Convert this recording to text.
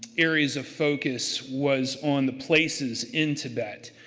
areas of focus was on the places in tibet.